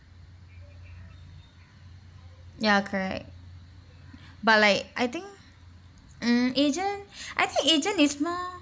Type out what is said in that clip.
ya correct but like I think mm agent I think agent is more